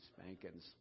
spankings